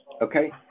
Okay